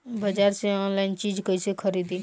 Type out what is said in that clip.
बाजार से आनलाइन चीज कैसे खरीदी?